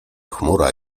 chmura